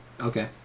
Okay